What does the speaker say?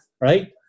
right